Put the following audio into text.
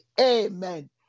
Amen